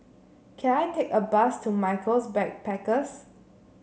can I take a bus to Michaels Backpackers